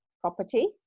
property